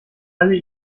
alle